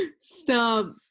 Stop